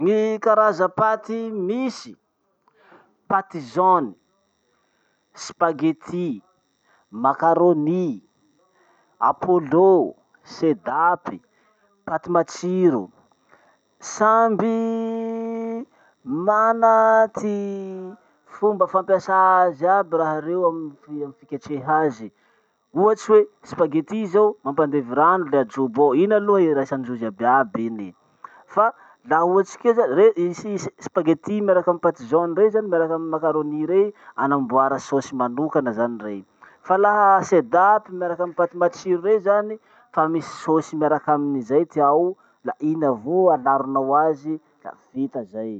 Gny karaza paty misy: paty jaune, spaghetti, maccaroni, apolo, sedaap, paty matsiro. Samby mana fomba fampiasa azy aby raha reo amy fiketreha azy. Ohatsy hoe, mampandevy rano le ajobo ao, iny aloha iraisan-drozy iaby iaby iny fa laha ohatsy ke zany, re- si- si- spaghetti miaraky amy paty jaune rey zany miaraky amy maccaroni rey, anamboara sôsy manokana zany rey. Fa laha sedap miaraky amy paty matsiro rey zany, fa misy sôsy miarak'aminy zay ty ao, la iny avao alaronao azy, la vita zay.